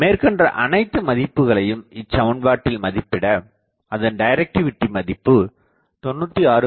மேற்கண்ட அனைத்துமதிப்புகளையும் இச்சமன்பாட்டில் மதிப்பிட அதன் டைரக்டிவிடி மதிப்பு 96